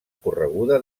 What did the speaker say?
correguda